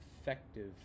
effective